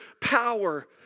power